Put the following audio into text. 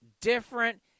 different